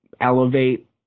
elevate